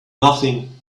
nothing